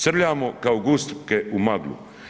Srljamo kao guske u maglu.